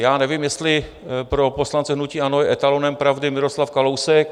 Já nevím, jestli pro poslance hnutí ANO je etalonem pravdy Miroslav Kalousek.